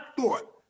Thought